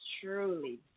truly